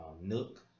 Nook